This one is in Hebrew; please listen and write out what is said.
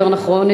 יותר נכון,